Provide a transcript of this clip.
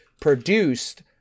produced